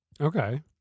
Okay